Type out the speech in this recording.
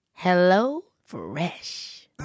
HelloFresh